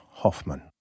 Hoffman